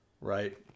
Right